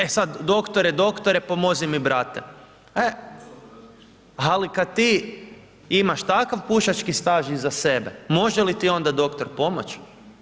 E sad doktore, doktore, pomozi mi brate, e, ali kad ti imaš takav pušački staž iza sebe, može li ti onda doktor pomoć?